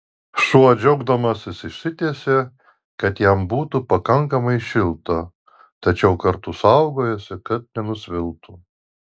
šuo džiaugdamasis išsitiesė kad jam būtų pakankamai šilta tačiau kartu saugojosi kad nenusviltų